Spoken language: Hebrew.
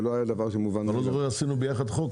זה לא היה דבר שהיה מובן